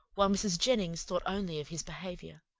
while mrs. jennings thought only of his behaviour